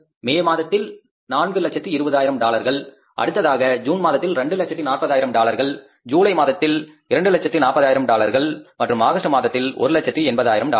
மே மாதத்தில் 420000 டாலர்கள் அடுத்ததாக ஜூன் மாதத்தில் 240000 டாலர்கள் ஜூலை மாதத்தில் 240000 டாலர்கள் மற்றும் ஆகஸ்ட் மாதத்தில் 180000 டாலர்கள்